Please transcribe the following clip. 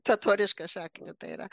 totorišką šaknį tai yra